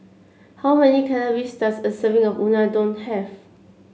how many calories does a serving of Unadon have